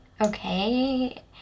okay